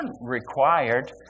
required